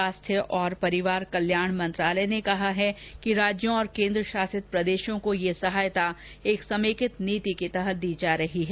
स्वास्थ्य और परिवार कल्याण मंत्रालय ने कहा है कि राज्यों और केन्द्रशासित प्रदेशों को यह सहायता एक समेकित नीति के तहत दी जा रही है